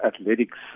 athletics